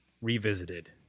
revisited